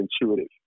intuitive